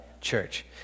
church